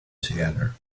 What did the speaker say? together